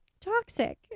toxic